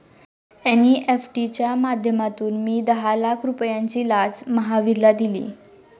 NEFT च्या माध्यमातून मी दहा लाख रुपयांची लाच महावीरला दिली